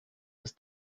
des